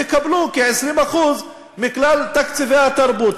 יקבלו כ-20% מכלל תקציבי התרבות.